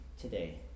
today